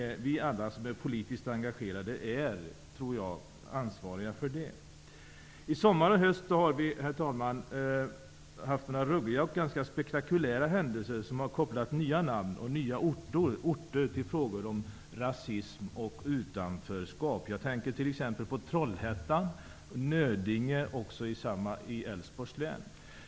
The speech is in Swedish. Jag tror att alla vi som är politiskt engagerade är ansvariga för detta. Herr talman! Denna sommar och höst har det skett en del ruggiga och spektakulära händelser som har kopplat nya namn och orter till frågor om rasism och utanförskap. Jag tänker t.ex. på Trollhättan och Nödinge i Älvsborgs län.